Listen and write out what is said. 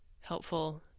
helpful